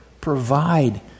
provide